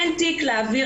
אין תיק להעביר